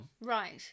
Right